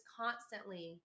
constantly